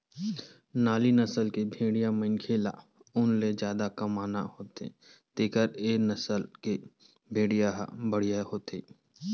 नाली नसल के भेड़िया मनखे ल ऊन ले जादा कमाना होथे तेखर ए नसल के भेड़िया ह बड़िहा होथे